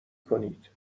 کنید